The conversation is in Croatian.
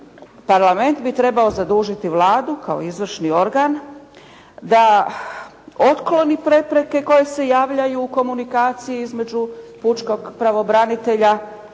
Parlament bi trebao zadužiti Vladu kao izvršni organ da otkloni prepreke koje se javljaju u komunikaciji između pučkog pravobranitelja